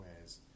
ways